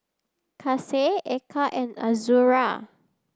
Kasih Eka and Azura